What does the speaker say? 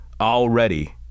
already